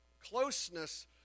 Closeness